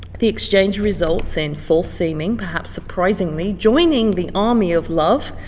the exchange results in false-seeming, perhaps surprisingly, joining the army of love,